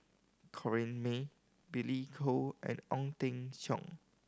Corrinne May Billy Koh and Ong Teng Cheong